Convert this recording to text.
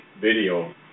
video